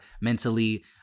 mentally